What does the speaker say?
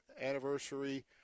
anniversary